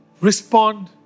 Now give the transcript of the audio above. respond